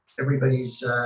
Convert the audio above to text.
everybody's